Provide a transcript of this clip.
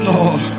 Lord